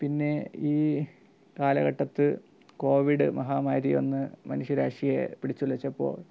പിന്നെ ഈ കാലഘട്ടത്ത് കോവിഡ് മഹാമാരിയൊന്ന് മനുഷ്യരാശിയെ പിടിച്ചുലച്ചപ്പോൾ